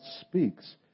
speaks